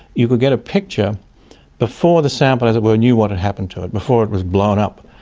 you could get a picture before the sample, as it were, knew what had happened to it, before it was blown up,